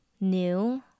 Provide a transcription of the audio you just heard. new